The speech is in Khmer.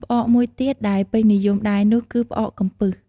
ផ្អកមួយទៀតដែលពេញនិយមដែរនោះគឺ ផ្អកកំពឹស។